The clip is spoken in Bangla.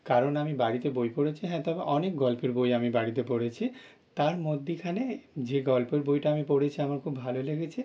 কারণ আমি বাড়িতে বই পড়েছি হ্যাঁ তবে অনেক গল্পের বই আমি বাড়িতে পড়েছি তার মধ্যিখানে যে গল্পের বইটা আমি পড়েছি আমার খুব ভালো লেগেছে